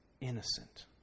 innocent